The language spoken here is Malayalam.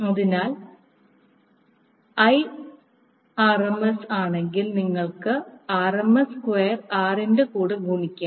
അതിനാൽ I ആർഎംഎസ് ആണെങ്കിൽ നിങ്ങൾക്ക് ആർഎംഎസ് സ്ക്വയർ R ൻറെ കൂടെ ഗുണിക്കാം